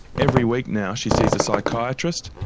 every week now, she sees a psychiatrist,